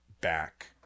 back